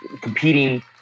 competing